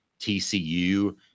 TCU